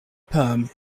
perm